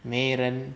没人